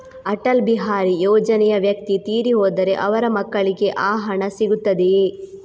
ಅಟಲ್ ಬಿಹಾರಿ ಯೋಜನೆಯ ವ್ಯಕ್ತಿ ತೀರಿ ಹೋದರೆ ಅವರ ಮಕ್ಕಳಿಗೆ ಆ ಹಣ ಸಿಗುತ್ತದೆಯೇ?